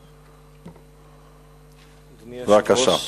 אדוני היושב-ראש,